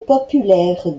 populaire